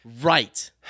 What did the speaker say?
Right